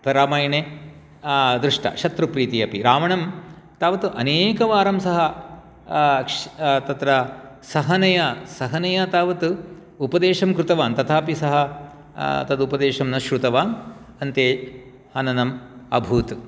रामायणे दृष्टा शत्रुप्रीतिः अपि रावणं तावत् अनेकवारं सः श् तत्र सहनया सहनया तावत् उपदेशं कृतवान् तथापि सः तम् उपदेशं न श्रुतवान् अन्ते हननम् अभूत्